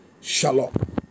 Shalom